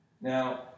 Now